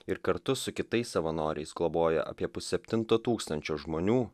ir kartu su kitais savanoriais globoja apie pusseptinto tūkstančio žmonių